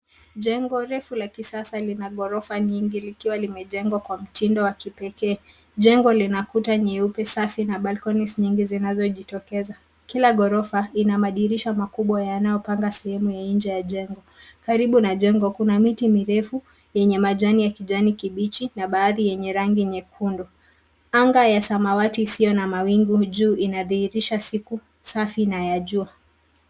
Jengo refu la kisasa lina gorofa nyingi likiwa limejengwa kwa mtindo wa kipekee. Jengo lina kuta nyeupe safi na balconies nyingi zinazojitokeza. Kila gorofa ina madirisha makubwa yanayopanga sehemu ya nje ya jengo. Karibu na jengo kuna miti mirefu yenye majani ya kijani kibichi na baadhi yenye rangi nyekundu. Anga ya samawati isiyo na mawingu juu inadhihirisha siku safi na ya jua.